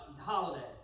holiday